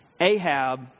Ahab